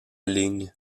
ligne